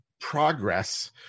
progress